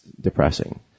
depressing